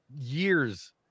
years